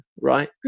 Right